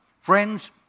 Friends